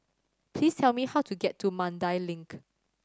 please tell me how to get to Mandai Link